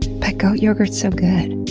but goat yogurt's so good.